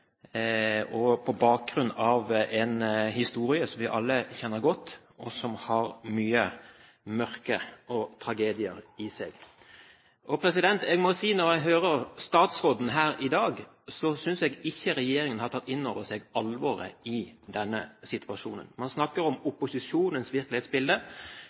det, på bakgrunn av en historie som vi alle kjenner godt, og som har mye mørke og tragedie i seg. Når jeg hører statsråden her i dag, synes jeg ikke regjeringen har tatt inn over seg alvoret i denne situasjonen. Man snakker om opposisjonens virkelighetsbilde,